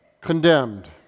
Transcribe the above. Condemned